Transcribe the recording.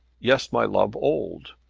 yes, my love old.